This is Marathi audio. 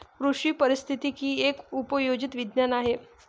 कृषी पारिस्थितिकी एक उपयोजित विज्ञान आहे